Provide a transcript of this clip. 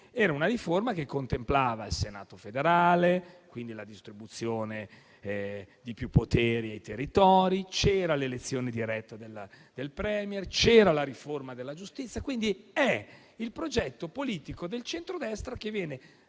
Calderoli contemplava il Senato federale, quindi la distribuzione di più poteri ai territori, l'elezione diretta del *Premier* e la riforma della giustizia. Quindi è il progetto politico del centrodestra, che viene